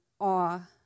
awe